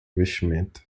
vestimenta